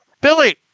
Billy